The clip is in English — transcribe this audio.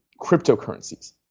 cryptocurrencies